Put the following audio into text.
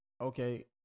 Okay